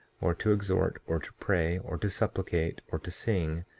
or to exhort, or to pray, or to supplicate, or to sing,